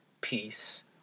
peace